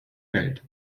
welt